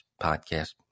podcast